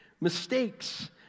mistakes